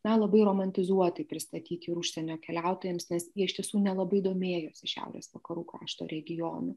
na labai romantizuotai pristatyti ir užsienio keliautojams nes jie iš tiesų nelabai domėjosi šiaurės vakarų krašto regionų